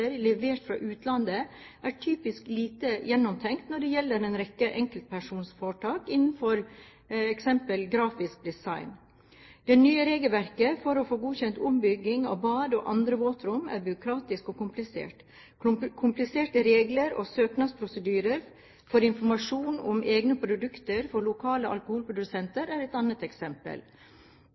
levert fra utlandet er typisk lite gjennomtenkt når det gjelder en rekke enkeltpersonforetak innenfor f.eks. grafisk design. Det nye regelverket for å få godkjent ombygging av bad og andre våtrom er byråkratisk og komplisert. Kompliserte regler og søknadsprosedyrer for informasjon om egne produkter for lokale alkoholprodusenter er et annet eksempel.